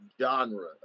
genre